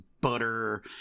butter